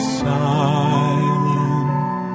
silent